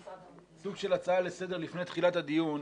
סוג של הצעה לסדר לפני תחילת הדיון,